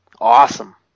Awesome